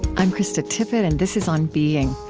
i'm krista tippett, and this is on being.